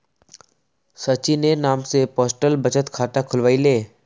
सचिनेर नाम स पोस्टल बचत खाता खुलवइ ले